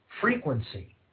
frequency